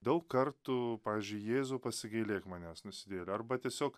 daug kartų pavyzdžiui jėzau pasigailėk manęs nusidėjėlio arba tiesiog